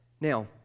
Now